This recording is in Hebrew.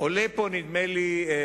עולה פה, נדמה לי,